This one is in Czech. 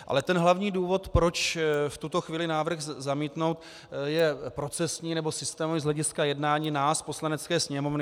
Ale ten hlavní důvod, proč v tuto chvíli návrh zamítnout, je procesní nebo systémový z hlediska jednání nás, Poslanecké sněmovny.